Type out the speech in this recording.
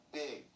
big